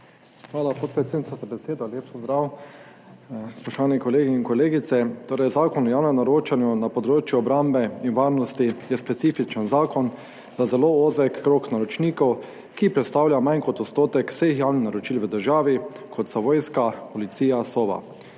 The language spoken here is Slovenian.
Hvala, podpredsednica, za besedo. Lep pozdrav, spoštovani kolegi in kolegice! Zakon o javnem naročanju na področju obrambe in varnosti je specifičen zakon za zelo ozek krog naročnikov, ki predstavlja manj kot odstotek vseh javnih naročil v državi, kot so vojska, policija, Sova.